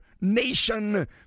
nation